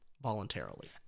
voluntarily